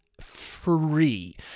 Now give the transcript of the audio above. free